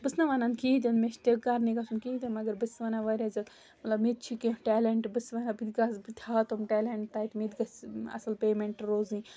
بہٕ چھَس نہٕ وَنان کِہیٖنۍ تہِ نہٕ مےٚ چھِ تیٚلہِ کَرنی گژھُن کِہیٖنٛۍ تہٕ نہٕ مگر بہٕ چھَس وَنان واریاہ زیادٕ مطلب مےٚ تہِ چھِ کیٚنٛہہ ٹیل۪نٛٹہٕ بہٕ چھَس ونان بہٕ تہِ گژھٕ بہٕ تہِ ہاوہا تِم ٹیلٮ۪نٛٹ تَتہِ مےٚ تہِ گژھِ اَصٕل پیمٮ۪نٛٹ روزنۍ